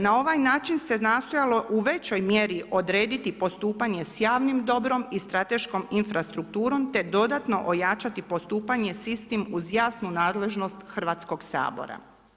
Na ovaj način se nastojalo u većoj mjeri odrediti postupanje sa javnim dobrom i strateškom infrastrukturom, te dodatno ojačati postupanje sa istim uz jasnu nadležnost Hrvatskog sabora.